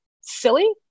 silly